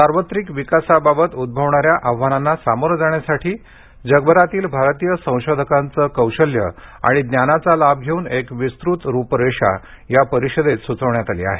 सार्वत्रिक विकासाबाबत उद्भवणाऱ्या आव्हानांना सामोरे जाण्यासाठी जगभरातील भारतीय संशोधकांचं कौशल्य आणि ज्ञानाचा लाभ धेऊन एक विस्तृत रूपरेषा या परिषदेत सुचवण्यात आली आहे